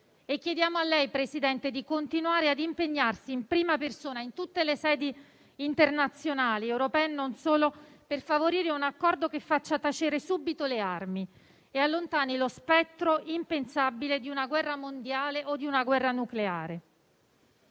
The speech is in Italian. Chiediamo a lei, presidente Draghi, di continuare a impegnarsi in prima persona in tutte le sedi internazionali - europee e non solo - per favorire un accordo che faccia tacere subito le armi e allontani lo spettro impensabile di una guerra mondiale o nucleare.